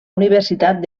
universitat